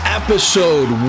episode